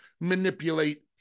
manipulate